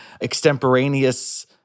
extemporaneous